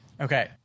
Okay